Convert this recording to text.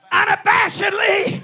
unabashedly